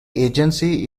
agency